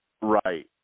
Right